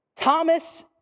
Thomas